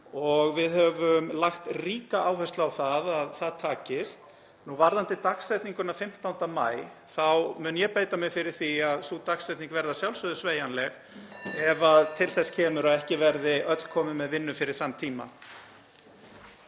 við höfum lagt ríka áherslu á að það takist. Varðandi dagsetninguna 15. maí þá mun ég beita mér fyrir því að sú dagsetning verði að sjálfsögðu sveigjanleg (Forseti hringir.) ef til þess kemur að ekki verði öll komin með vinnu fyrir þann tíma.